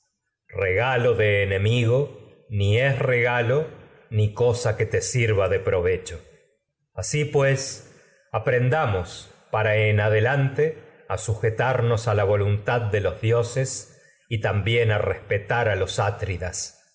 regalo de enemigo ni es de regalo ni cosa que te sirva provecho asi pues aprendamos para en adelante sujetarnos a a la voluntad de los y dioses y también es a respetar a los